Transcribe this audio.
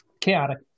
Chaotic